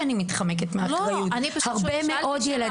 ממש מערכת חינוכית עבורם שהיא בהיבטים בלתי